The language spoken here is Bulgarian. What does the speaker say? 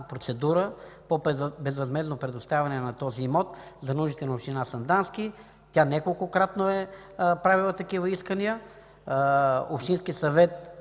процедура по безвъзмездно предоставяне на този имот за нуждите на община Сандански. Тя неколкократно е правила такива искания. Общинският съвет